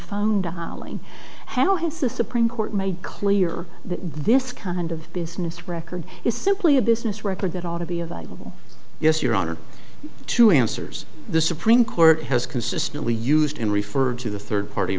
found a howling how has the supreme court made clear that this kind of business record is simply a business record that ought to be available yes your honor two answers the supreme court has consistently used in refer to the third party